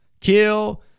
kill